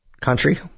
country